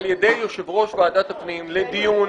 הובא על-ידי יושב-ראש ועדת הפנים לדיון